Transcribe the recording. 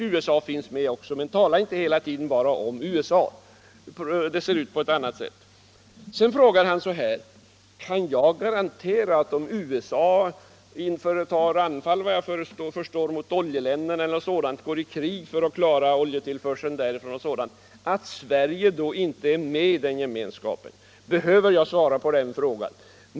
USA finns med också, men tala inte hela tiden bara om USA, för det hela ser ut på ett annat sätt. Sedan frågade Jörn Svensson om jag kan garantera att Sverige - om USA går till anfall, går i krig föratt klara oljetillförseln — då inte är med i den gemenskapen. Behöver jag svara på den frågan?